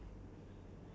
ya